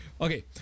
Okay